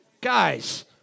Guys